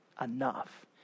enough